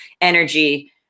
energy